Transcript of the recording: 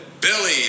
Billy